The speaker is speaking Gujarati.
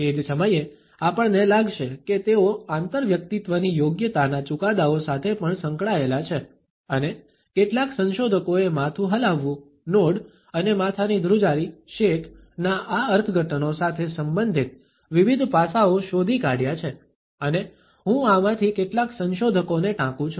તે જ સમયે આપણને લાગશે કે તેઓ આંતરવ્યક્તિત્વની યોગ્યતાના ચુકાદાઓ સાથે પણ સંકળાયેલા છે અને કેટલાક સંશોધકોએ માથું હલાવવું નોડ અને માથાની ધ્રુજારી શેક ના આ અર્થઘટનો સાથે સંબંધિત વિવિધ પાસાઓ શોધી કાઢ્યા છે અને હું આમાંથી કેટલાક સંશોધકોને ટાંકું છું